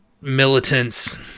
militants